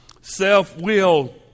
self-will